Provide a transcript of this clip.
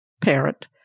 Parent